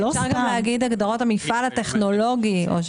הגדרות המפעל הטכנולוגי.